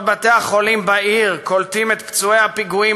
בעוד בתי-החולים בעיר קולטים את פצועי הפיגועים